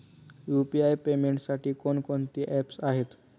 UPI पेमेंटसाठी कोणकोणती apps आहेत?